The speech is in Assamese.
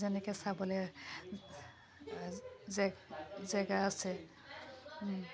যেনেকৈ চাবলৈ জেগা আছে